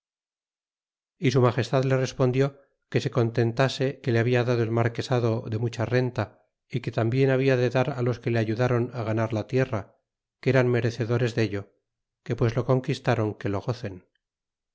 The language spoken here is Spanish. su magestad les respondió que se contentase que le habla dado el marquesado de mucha renta y que tambien habia de dar á los que le ayudaron á ganar la tierra que eran merecedores deil que pues lo conquistaron que lo gocen